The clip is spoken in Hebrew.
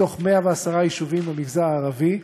מתוך 110 יישובים במגזר הערבי,